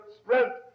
strength